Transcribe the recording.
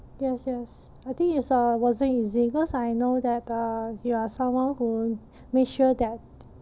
yes yes I think it's uh wasn't easy because I know that uh you are someone who make sure that